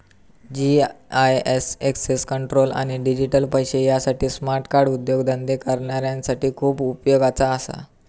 GIS access control आणि digital पैशे यासाठी स्मार्ट कार्ड उद्योगधंदे करणाऱ्यांसाठी खूप उपयोगाचा असा